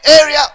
area